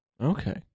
Okay